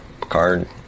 card